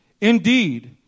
Indeed